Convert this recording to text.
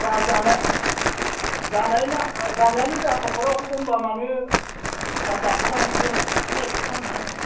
जोंहा जानायानो जानाय ना जानायानो जा न'खराव खमबा माने एसेबां जाख'नो हाया जोंलाय जाख'नो हायिखौसो फानोना आङो